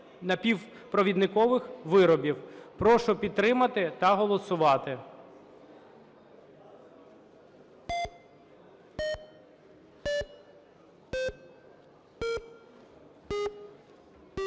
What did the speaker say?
Прошу підтримати та голосувати.